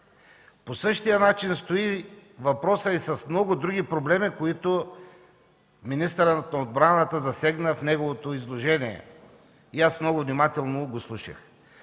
по същия начин стои въпросът и с много други проблеми, които министърът на отбраната засегна в неговото изложение и аз го слушах